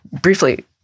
briefly